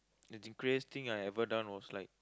the craziest thing I ever done was like